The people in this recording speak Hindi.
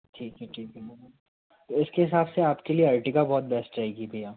ठीक है ठीक है तो इसके हिसाब से आपके लिए अर्टिगा बहुत बेस्ट रहेगी भैया